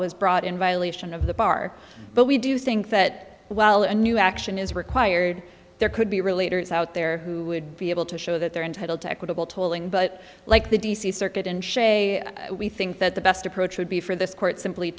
was brought in violation of the bar but we do think that well a new action is required there could be related is out there who would be able to show that they're entitled to equitable tolling but like the d c circuit and we think that the best approach would be for this court simply